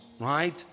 Right